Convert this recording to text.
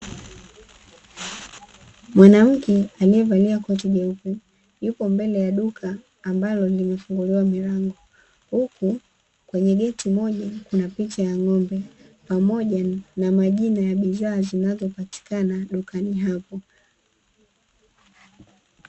mwanamke alievalia koti jeupe, yupo mbele ya duka ambalo limefunguliwa milango, huku kwenye geti moja kuna picha ya ngombe pamoja na majina ya bidhaa zinazopatikana dukani hapo .